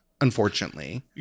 unfortunately